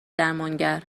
درمانگر